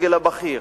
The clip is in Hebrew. הסגל הבכיר,